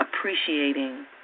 appreciating